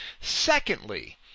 Secondly